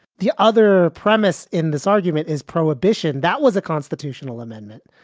the other premise in this argument is prohibition. that was a constitutional amendment.